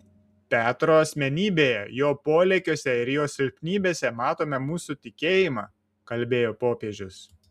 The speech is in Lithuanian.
petro asmenybėje jo polėkiuose ir jo silpnybėse matome mūsų tikėjimą kalbėjo popiežius